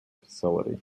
facility